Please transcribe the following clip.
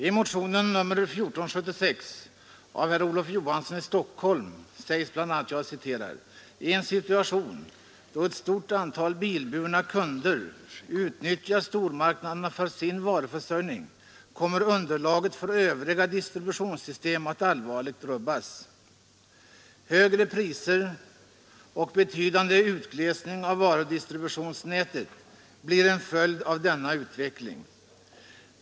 I motionen 1476 av herr Olof Johansson i Stockholm sägs bl.a.: ”I en situation då ett stort antal bilburna kunder utnyttjar stormarknaderna för sin varuförsörjning kommer underlaget för övriga distributionssystem att allvarligt rubbas. Högre priser och betydande utglesning av varudistributionsnätet blir en följd av denna utveckling.